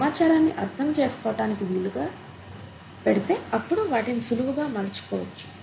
సమాచారాన్ని అర్థం చేసుకోటానికి వీలుగా పెడితే అప్పుడు వాటిని సులువుగా మలచుకోవచ్చు